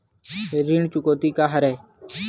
ऋण चुकौती का हरय?